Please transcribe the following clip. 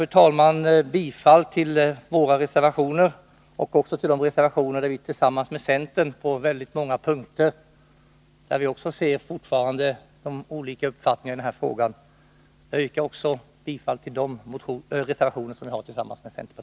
Jag yrkar bifall till vpk-reservationerna och även till de reservationer där vi tillsammans med centern på många punkter också går in på de olika uppfattningarna i den här frågan.